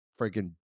freaking